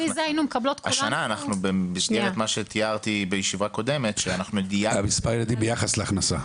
השנה כמו שתיארתי בישיבה הקודמת אנחנו --- מספר הילדים ביחס להכנסה.